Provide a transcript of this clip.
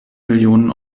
millionen